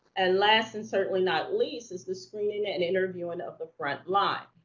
and last, and certainly not least, is the screening and interviewing of the front line.